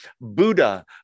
Buddha